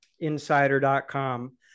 insider.com